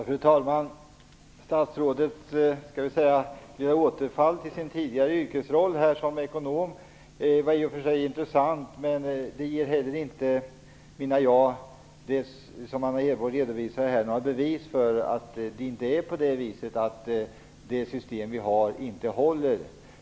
Fru talman! Statsrådet återfaller till sin tidigare yrkesroll som ekonom. Det var i och för sig intressant det som Anna Hedborg redovisade, men det ger inte några bevis för att det system som vi har inte håller.